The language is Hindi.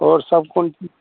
और सब कौन चीज़